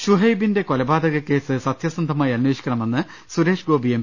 ഷുഹൈബിന്റെ കൊലപാതക കേസ് സത്യസന്ധമായി അന്വേഷിക്കണമെന്ന് സുരേഷ് ഗോപി എം